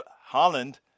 Holland